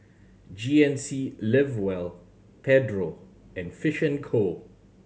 G N C Live well Pedro and Fish and Co